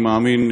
אני מאמין,